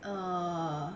err